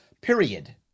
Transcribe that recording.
period